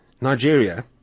Nigeria